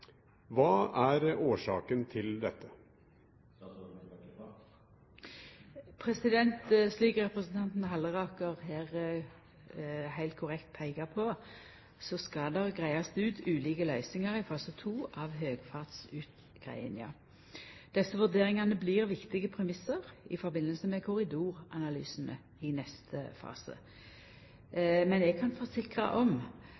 Slik representanten Halleraker her heilt korrekt peiker på, skal det greiast ut ulike løysingar i fase 2 av høgfartsutgreiinga. Desse vurderingane blir viktige premissar i samband med korridoranalysane i neste fase. Men eg kan forsikra om